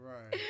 Right